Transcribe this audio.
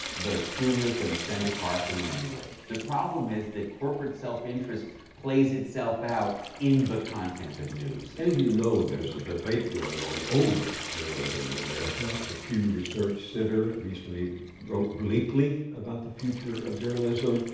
the studio's going to send a car for them anyway. the problem is that corporate self-interest plays itself out in the content of news. bill you know, there's a debate going on over journalism in america. the pew research center recently wrote bleakly about the future of journalism.